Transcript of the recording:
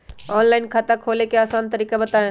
Online खाता खोले के आसान तरीका बताए?